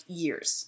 years